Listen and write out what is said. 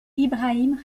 ibrahim